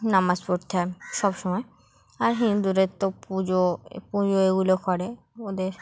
নামাজ পড়তে হয় সব সময় আর হিন্দুদের তো পুজো পুজো এগুলো করে ওদের